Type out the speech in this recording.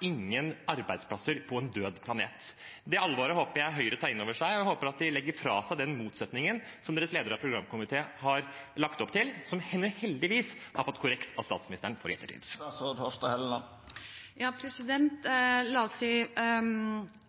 ingen arbeidsplasser på en død planet. Det alvoret håper jeg Høyre tar inn over seg, og at de legger fra seg den motsetningen som lederen av deres programkomité har lagt opp til, men som hun heldigvis har fått korreks av statsministeren for i ettertid. Når det gjelder LoVeSe, eller